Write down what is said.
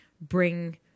bring